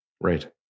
Right